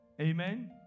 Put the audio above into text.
amen